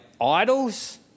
idols